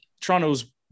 Toronto's